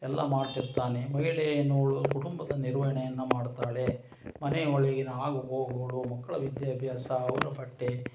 ಎಲ್ಲ ಮಾಡ್ತಿರ್ತಾನೆ ಮಹಿಳೆ ಎನ್ನುವವಳು ಕುಟುಂಬದ ನಿರ್ವಹಣೆಯನ್ನು ಮಾಡುತ್ತಾಳೆ ಮನೆಯ ಒಳಗಿನ ಆಗು ಹೋಗುಗಳು ಮಕ್ಕಳ ವಿದ್ಯಾಭ್ಯಾಸ ಅವರ ಬಟ್ಟೆ